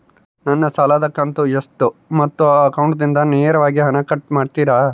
ನನ್ನ ಸಾಲದ ಕಂತು ಎಷ್ಟು ಮತ್ತು ಅಕೌಂಟಿಂದ ನೇರವಾಗಿ ಹಣ ಕಟ್ ಮಾಡ್ತಿರಾ?